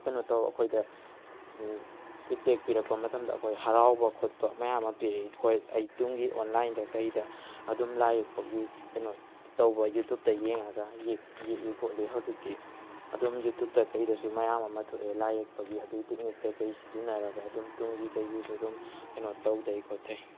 ꯀꯩꯅꯣ ꯇꯧ ꯑꯩꯈꯣꯏꯗ ꯐꯤꯠꯕꯦꯛ ꯄꯤꯔꯛꯄ ꯃꯇꯝꯗ ꯑꯩꯈꯣꯏ ꯍꯔꯥꯎꯕ ꯈꯣꯠꯄ ꯃꯌꯥꯝ ꯑꯃ ꯄꯤꯔꯛꯏ ꯍꯣꯏ ꯑꯩ ꯇꯨꯡꯒꯤ ꯑꯣꯟꯂꯥꯏꯟꯗ ꯀꯩꯗ ꯑꯗꯨꯝ ꯂꯥꯏ ꯌꯦꯛꯄꯒꯤ ꯀꯩꯅꯣ ꯇꯧꯕ ꯌꯨꯇꯨꯕꯇ ꯌꯦꯡꯉꯒ ꯌꯦꯛꯏ ꯈꯣꯠꯂꯤ ꯍꯧꯖꯤꯛꯇꯤ ꯑꯗꯨꯝ ꯌꯨꯇꯨꯕꯇ ꯀꯩꯗꯁꯨ ꯃꯌꯥꯝ ꯑꯃ ꯊꯣꯛꯑꯦ ꯂꯥꯏ ꯌꯦꯛꯄꯒꯤ ꯑꯗꯨꯒꯤꯏ ꯇꯦꯛꯅꯤꯛ ꯀꯔꯤ ꯀꯔꯤ ꯁꯤꯖꯤꯟꯅꯔꯒ ꯑꯗꯨꯝ ꯇꯨꯡꯒꯤ ꯀꯩꯒꯤꯁꯨ ꯑꯗꯨꯝ ꯀꯩꯅꯣ ꯇꯧꯊꯩ ꯈꯣꯠꯊꯩ